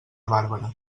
bàrbara